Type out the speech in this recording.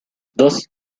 dos